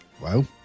wow